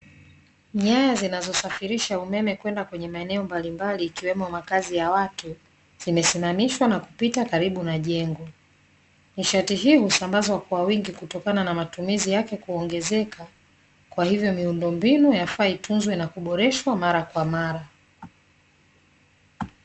Nyaya zinazosafirisha umeme kwenda kwenye maeneo mbalimbali ikiwemo makazi ya watu zimesimamishwa na kupita karibu na jengo. Nishati hii husambazwa kwa wingi kutokana na matumizi yake kuongezeka, kwa hivyo miundombinu yafaa itunzwe na kuboreshwa mara kwa mara